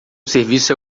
serviço